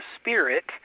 spirit